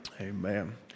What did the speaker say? Amen